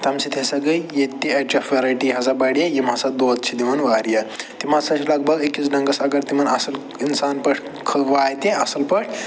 تَمہِ سۭتۍ ہسا گٔے ییٚتہِ تہِ اٮ۪چ اٮ۪ف وٮ۪رایٹی ہسا بَڑے یِم ہسا دۄد چھِ دِوان وارِیاہ تِم ہسا چھِ لگ بگ أکِس ڈنٛگَس اگر تِمن اَصٕل اِنسان پٲٹھۍ واتہِ اَصٕل پٲٹھۍ